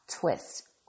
twist